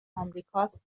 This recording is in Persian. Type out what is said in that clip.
آمریکاست